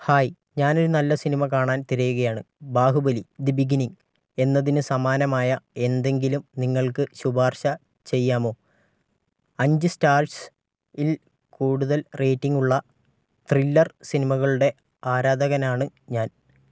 hi ഞാനൊരു നല്ല സിനിമ കാണാൻ തിരയുകയാണ് ബാഹുബലി ദി ബിഗിനിങ് എന്നതിന് സമാനമായ എന്തെങ്കിലും നിങ്ങൾക്ക് ശുപാർശ ചെയ്യാമോ അഞ്ച് സ്റ്റാർസിൽ കൂടുതൽ റേറ്റിംഗുള്ള ത്രില്ലർ സിനിമകളുടെ ആരാധകനാണ് ഞാൻ